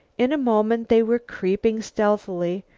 in a moment they were creeping stealthily,